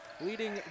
leading